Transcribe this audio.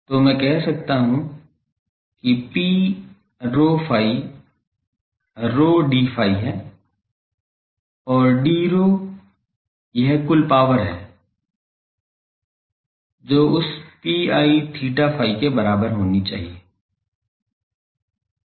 तो मैं कह सकता हूं कि Pρ ϕ rho d phi है और d rho यह कुल पावर है जो उस Pi𝛳ϕ के बराबर होनी चाहिए